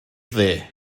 dde